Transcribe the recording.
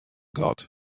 gat